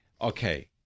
Okay